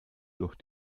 durch